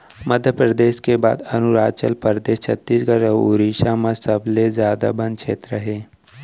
मध्यपरेदस के बाद अरूनाचल परदेस, छत्तीसगढ़ अउ उड़ीसा म सबले जादा बन छेत्र हे